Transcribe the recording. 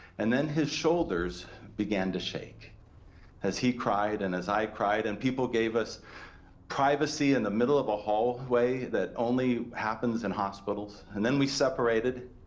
and then his shoulders began to shake as he cried and as i cried and people gave us privacy in the middle of a hallway that only happens in hospitals. and then we separated,